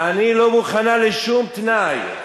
אני לא מוכנה לשום תנאי,